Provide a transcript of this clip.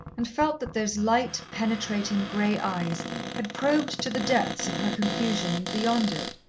and felt that those light, penetrating, grey eyes had probed to the depths of her confusion and beyond it,